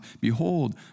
Behold